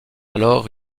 alors